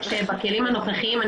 שמי ד"ר גילי צימנד, אני